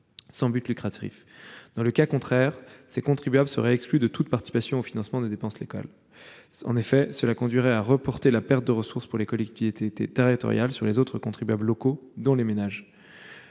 sans but lucratif. Dans le cas contraire, ces contribuables seraient exclus de toute participation au financement des dépenses locales. En effet, cela conduirait à reporter la perte de ressources pour les collectivités territoriales sur les autres contribuables locaux, dont les ménages.